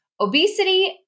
Obesity